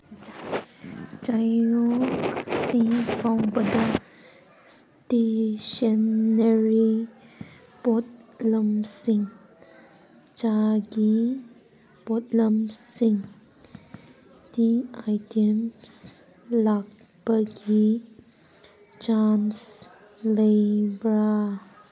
ꯆꯌꯣꯜꯁꯤ ꯐꯥꯎꯕꯗ ꯏꯁꯇꯦꯁꯟꯅꯔꯤ ꯄꯣꯠꯂꯝꯁꯤꯡ ꯆꯥꯒꯤ ꯄꯣꯠꯂꯝꯁꯤꯡ ꯇꯤ ꯑꯥꯏꯇꯦꯝꯁ ꯂꯥꯛꯄꯒꯤ ꯆꯥꯟꯁ ꯂꯩꯕ꯭ꯔꯥ